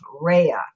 REA